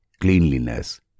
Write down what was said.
cleanliness